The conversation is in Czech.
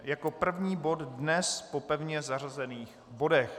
Jako první bod dnes po pevně zařazených bodech.